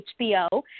hbo